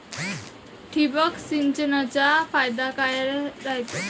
ठिबक सिंचनचा फायदा काय राह्यतो?